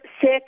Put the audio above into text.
sick